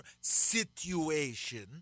situation